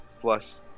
plus